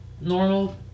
normal